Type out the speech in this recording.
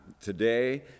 today